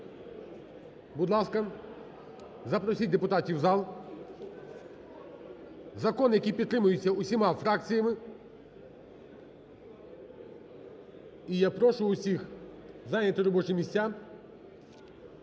Будь ласка, запросіть депутатів у зал. Закон, який підтримується усіма фракціями. І я прошу всіх зайняти робочі місця.